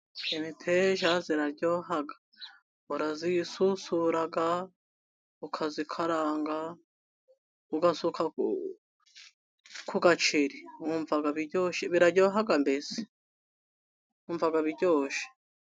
Imiteja iraryoha, urayisusura, ukayikaranga, ugasuka ku gaceri. Wumva biryoshye, biraryoha mbesi .